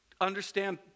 understand